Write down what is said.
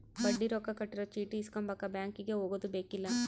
ಬಡ್ಡಿ ರೊಕ್ಕ ಕಟ್ಟಿರೊ ಚೀಟಿ ಇಸ್ಕೊಂಬಕ ಬ್ಯಾಂಕಿಗೆ ಹೊಗದುಬೆಕ್ಕಿಲ್ಲ